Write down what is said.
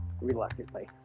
reluctantly